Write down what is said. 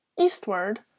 Eastward